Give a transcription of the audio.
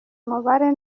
mubare